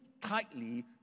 tightly